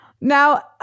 Now